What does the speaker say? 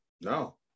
No